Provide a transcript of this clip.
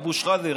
אבו שחאדה,